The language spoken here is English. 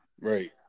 Right